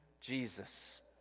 Jesus